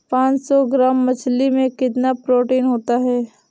पांच सौ ग्राम मछली में कितना प्रोटीन होता है?